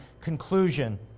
conclusion